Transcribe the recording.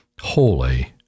Holy